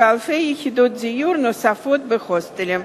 ואלפי יחידות דיור נוספות בהוסטלים.